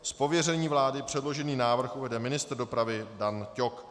Z pověření vlády předložený návrh uvede ministr dopravy Dan Ťok.